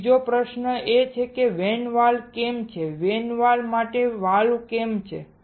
હવે બીજો પ્રશ્ન એ છે કે વેન્ટ વાલ્વ કેમ છે વેન્ટ માટે વાલ્વ કેમ છે